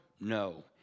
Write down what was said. No